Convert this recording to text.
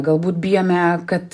galbūt bijome kad